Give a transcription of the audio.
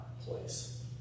place